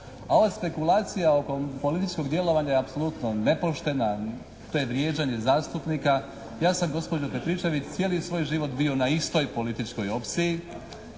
Ova spekulacija oko političkog djelovanja je apsolutno nepoštena, to je vrijeđanje zastupnika. Ja sam gospođo Petričević cijeli svoj život bio na istoj političkoj opciji